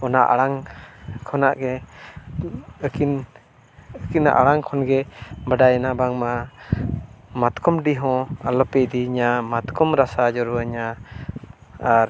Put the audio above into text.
ᱚᱱᱟ ᱟᱲᱟᱝ ᱠᱷᱚᱱᱟᱜ ᱜᱮ ᱟᱹᱠᱤᱱ ᱟᱹᱠᱤᱱᱟᱜ ᱟᱲᱟᱝ ᱠᱷᱚᱱ ᱜᱮ ᱵᱟᱰᱟᱭᱮᱱᱟ ᱵᱟᱝᱢᱟ ᱢᱟᱛᱚᱠᱚᱢᱰᱤ ᱦᱚᱸ ᱟᱞᱚᱯᱮ ᱤᱫᱤᱧᱟ ᱢᱟᱛᱚᱠᱚᱢ ᱨᱟᱥᱟ ᱡᱚᱨᱚ ᱟᱹᱧᱟᱹ ᱟᱨ